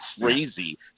crazy